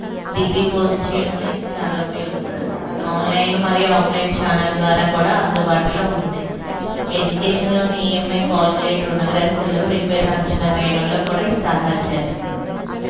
degree పూర్తి చేయడంలో ఇది చాలా ఉపయోగపడుతుంది ఆన్లైన్లో మరియు ఆఫ్లైన్ చానల్ ద్వారా కూడా అందుబాటులో ఉంది ఎడ్యుకేషన్ లోన్ ఈఎంఐ క్యాల్కులేట్ రణ గ్రహతిలు రిపేర్ అంచనా వేయడంలో కూడా ఇది సహాయం చేస్తుంది